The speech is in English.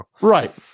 Right